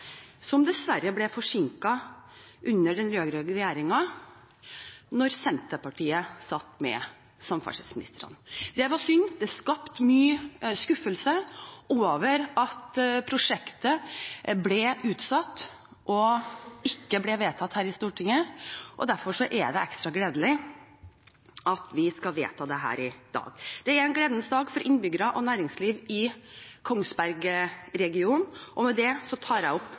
som dessverre ble forsinket under den rød-grønne regjeringen da Senterpartiet satt med samferdselsministeren. Det var synd. Det skapte mye skuffelse at prosjektet ble utsatt og ikke ble vedtatt her i Stortinget, og derfor er det ekstra gledelig at vi skal vedta dette i dag. Det er en gledens dag for innbyggere og næringsliv i Kongsberg-regionen. Med dette anbefaler jeg